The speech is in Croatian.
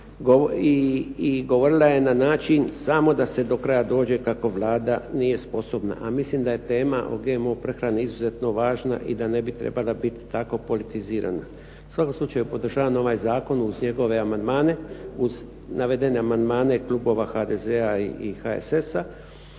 i govorila je na način samo da se dokraja dođe kako Vlada nije sposobna, a mislim da je tema o GMO prehrani izuzetno važna i da ne bi trebala biti tako politizirana. U svakom slučaju podržavam ovaj zakon uz njegove amandmane, uz navedene amandmane klubova HDZ-a i HSS-a